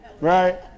Right